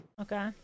Okay